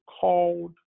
called